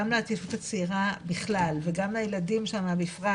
גם מההתיישבות הצעירה בכלל וגם לילדים שמה בפרט,